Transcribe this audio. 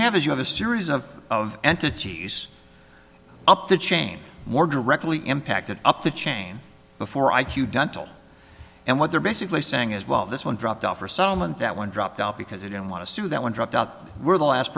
have is you have a series of of entities up the chain more directly impacted up the chain before i q done told and what they're basically saying is well this one dropped off or so and that one dropped out because they don't want to sue that one dropped out were the last